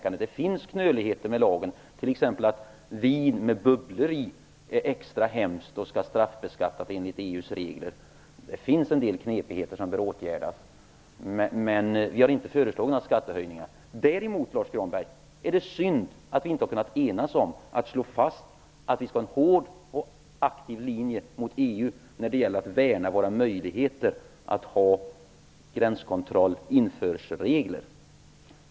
Det finns knöligheter med lagen, t.ex. att vin med bubblor i är extra hemskt och skall straffbeskattas enligt EU:s regler. Det finns alltså en del knepigheter som bör åtgärdas, men vi har inte föreslagit några skattehöjningar. Däremot är det synd att vi inte har kunnat enas om att slå fast att vi skall ha en hård och aktiv linje mot EU när det gäller att värna våra möjligheter att ha införselregler, Lars Granberg.